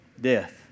Death